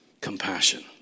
Compassion